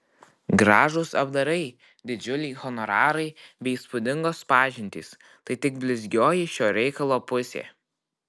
gražūs apdarai didžiuliai honorarai bei įspūdingos pažintys tai tik blizgioji šio reikalo pusė